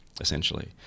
essentially